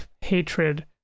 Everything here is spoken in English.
hatred